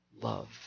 love